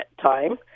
time